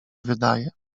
wydaje